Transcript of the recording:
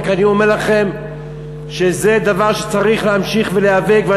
אני רק אומר לכם שזה דבר שצריך להמשיך ולהיאבק בו,